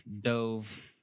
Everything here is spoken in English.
dove